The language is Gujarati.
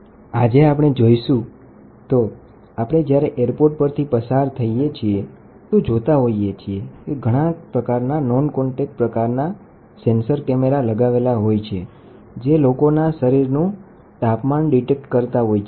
આજે આપણે એરપોર્ટ જાવ છો અને ઇમિગ્રેશન ચેક કરવા જતા હોઈએ છીએ તો ઘણા ઇન્ફ્રારેડ કેમેરા લગાવેલા હોય છે જે નોન કોન્ટેક પ્રકારે તાપમાન સ્કેન કરે છે